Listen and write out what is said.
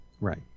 Right